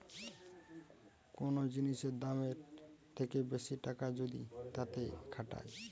কোন জিনিসের দামের থেকে বেশি টাকা যদি তাতে খাটায়